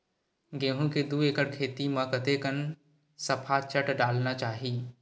गेहूं के दू एकड़ खेती म कतेकन सफाचट डालना चाहि?